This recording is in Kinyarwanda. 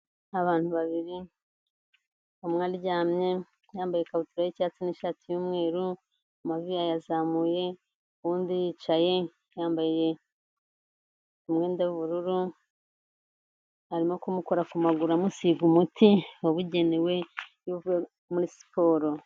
Abantu babiri, umwe aryamye yambaye ikabutura y'icyatsi n'ishati y'umweru, amavi yazamuye, undi yicaye yambaye umwenda w'ubururu, arimo kumukora ku maguru, amusiga umuti wabugenewe iyo uvuye muri siporo.